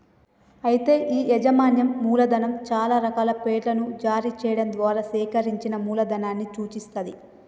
అయితే ఈ యాజమాన్యం మూలధనం చాలా రకాల పేర్లను జారీ చేయడం ద్వారా సేకరించిన మూలధనాన్ని సూచిత్తది